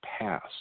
past